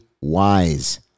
wise